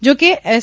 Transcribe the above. જો કે એસ